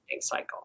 cycle